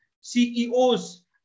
CEOs